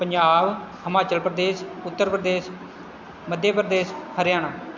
Punjab Himachal Pradesh Uttar Pradesh Madhya Pradesh Haryana